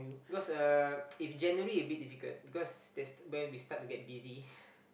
because uh if January a bit difficult because there's when we start to get busy